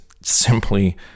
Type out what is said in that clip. simply